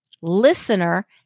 Listener